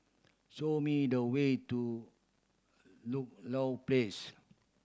show me the way to Ludlow Place